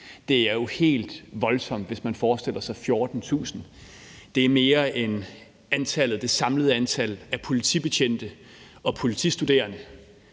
Det er jo helt voldsomt, hvis man forestiller sig 14.000 – det er mere end det samlede antal af politibetjente og politistuderende